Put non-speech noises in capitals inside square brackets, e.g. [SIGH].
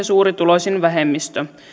[UNINTELLIGIBLE] suurituloisin pieni vähemmistö